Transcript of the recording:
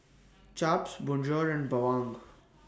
Chaps Bonjour and Bawang